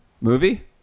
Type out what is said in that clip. Movie